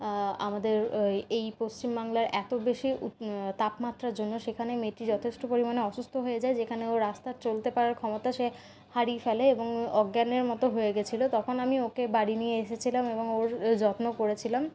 আমাদের এই পশ্চিমবাংলার এতবেশি তাপমাত্রার জন্য সেখানে মেয়েটি যথেষ্ট পরিমাণে অসুস্থ হয়ে যায় যেখানে ও রাস্তায় চলতে পারার ক্ষমতা সে হারিয়ে ফেলে এবং অজ্ঞানের মতো হয়ে গেছিলো তখন আমি ওকে বাড়ি নিয়ে এসেছিলাম এবং ওর যত্ন করেছিলাম